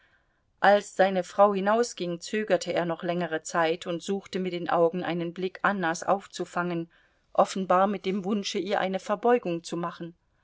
als seine frau hinausging zögerte er noch längere zeit und suchte mit den augen einen blick annas aufzufangen offenbar mit dem wunsche ihr eine verbeugung zu machen